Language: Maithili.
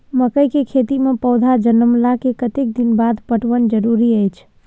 मकई के खेती मे पौधा जनमला के कतेक दिन बाद पटवन जरूरी अछि?